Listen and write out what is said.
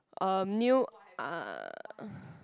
um new uh